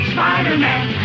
Spider-Man